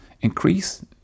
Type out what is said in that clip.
increase